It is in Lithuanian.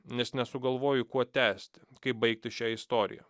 nes nesugalvoju kuo tęsti kaip baigti šią istoriją